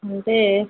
అంటే